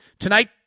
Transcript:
Tonight